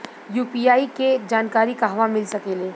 UPI के जानकारी कहवा मिल सकेले?